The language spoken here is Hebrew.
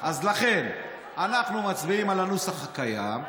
אז לכן אנחנו מצביעים על הנוסח הקיים.